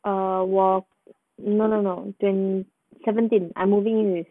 err 我 no no no mm seventeen I moving in